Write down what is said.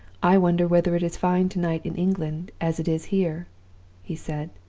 i wonder whether it is fine to-night in england as it is here he said.